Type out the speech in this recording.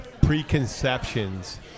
preconceptions